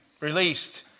Released